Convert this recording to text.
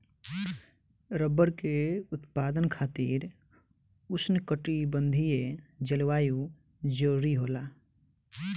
rubber के उत्पादन खातिर उष्णकटिबंधीय जलवायु जरुरी होला